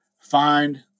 find